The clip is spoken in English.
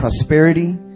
prosperity